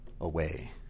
away